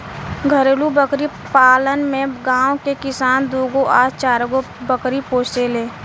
घरेलु बकरी पालन में गांव के किसान दूगो आ चारगो बकरी पोसेले